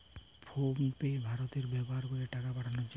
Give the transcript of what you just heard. phone pay ভারতে ব্যাভার করে টাকা পাঠাবার জন্যে